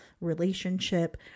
relationship